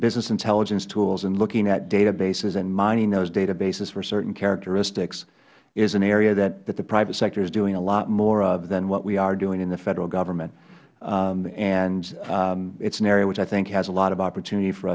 business intelligence tools and looking at databases and mining those databases for certain characteristics is an area that the private sector is doing a lot more of than what we are doing in the federal government and it is an area which i think has a lot of opportunity for